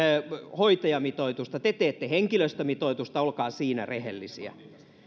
hoitajamitoitusta te teette henkilöstömitoitusta olkaa siinä rehellisiä